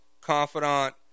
confidant